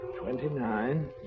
Twenty-nine